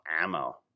ammo